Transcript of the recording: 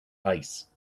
ice